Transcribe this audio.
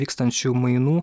vykstančių mainų